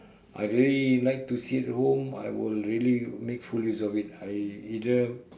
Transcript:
I really like to sit home I will really make full use of it I either